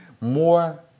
more